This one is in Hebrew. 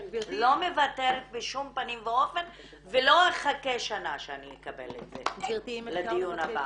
לא מוותרת בשום פנים ואופן ולא אחכה שנה לקבל את זה לדיון הבא.